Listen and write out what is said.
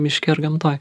miške ar gamtoj